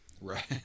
Right